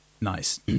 Nice